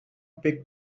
pick